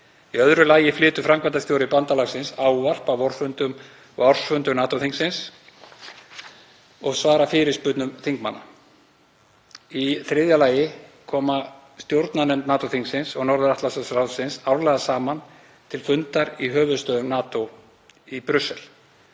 Í öðru lagi flytur framkvæmdastjóri bandalagsins ávarp á vorfundum og ársfundum NATO-þingsins og svarar fyrirspurnum þingmanna. Í þriðja lagi koma stjórnarnefnd NATO-þingsins og Norður-Atlantshafsráðið árlega saman til fundar í höfuðstöðvum NATO í Brussel.